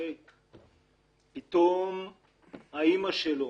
פתאום האמא שלו